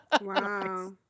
Wow